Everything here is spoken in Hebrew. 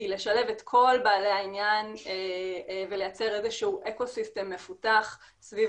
היא לשלב את כל בעלי העניין ולייצר איזה שהוא אקו-סיסטם מפותח סביב